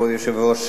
כבוד יושב-ראש